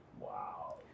Wow